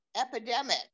epidemic